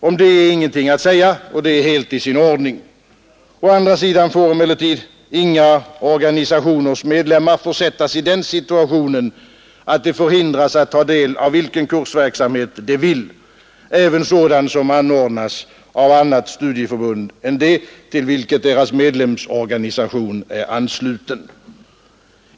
Om det är ingenting att säga och det är helt i sin ordning. Å andra sidan får emellertid inga organisationers medlemmar försättas i den situationen att de förhindras att ta del av vilken kursverksamhet de vill, även sådan som anordnas av annat studieförbund än det till vilket deras medlemsorganisation är ansluten.